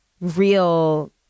real